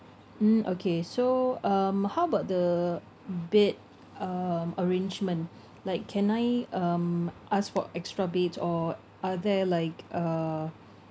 mm okay so um how about the bed um arrangement like can I um ask for extra beds or are there like uh